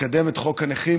לקדם את חוק הנכים,